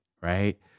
right